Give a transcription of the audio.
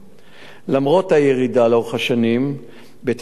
למרות הירידה לאורך השנים במספר תיקי הרצח,